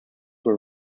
were